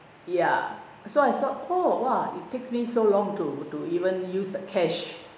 ya so I thought oh !whoa! it takes me so long to to even use the cash